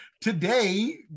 Today